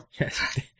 Yes